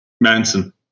Manson